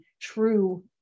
true